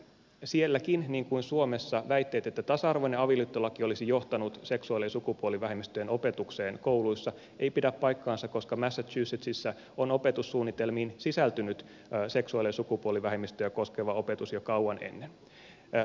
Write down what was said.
sielläkään niin kuin suomessa väitteet että tasa arvoinen avioliittolaki olisi johtanut seksuaali ja sukupuolivähemmistöjä koskevaan opetukseen kouluissa eivät pidä paikkaansa koska massachusettsissa on opetussuunnitelmiin sisältynyt seksuaali ja sukupuolivähemmistöjä koskeva opetus jo kauan ennen